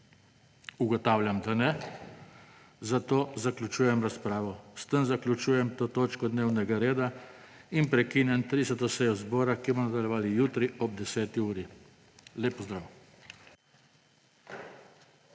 Ugotavljam, da ne. Zato zaključujem razpravo. S tem zaključujem to točko dnevnega reda in prekinjam 30. sejo zbora, ki jo bomo nadaljevali jutri ob 10. uri. Lep pozdrav!